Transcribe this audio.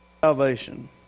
Salvation